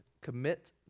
commit